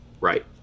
Right